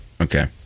Okay